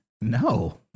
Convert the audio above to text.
No